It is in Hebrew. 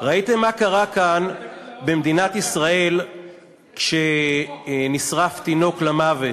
ראיתם מה קרה כאן במדינת ישראל כשנשרף תינוק למוות.